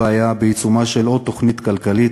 היה בעיצומה של עוד תוכנית כלכלית,